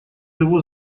его